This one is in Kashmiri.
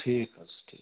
ٹھیٖک حظ چھِ